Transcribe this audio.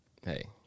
hey